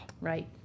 Right